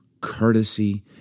courtesy